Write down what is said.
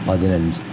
പതിനഞ്ച്